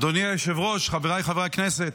אדוני היושב-ראש, חבריי חברי הכנסת,